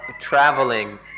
traveling